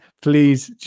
please